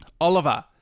Oliver